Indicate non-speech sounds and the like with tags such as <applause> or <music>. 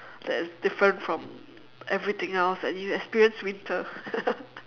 that is different from everything else and you experience winter <laughs>